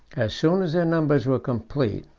as soon as their numbers were complete,